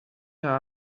her